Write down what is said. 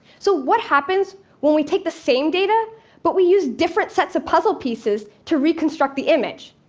so what happens when we take the same data but we use different sets of puzzle pieces to reconstruct the image?